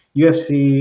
UFC